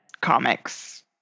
comics